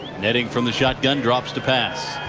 netting from the shotgun drops the past,